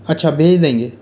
अच्छा भेज देंगे